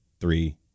three